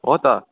हो त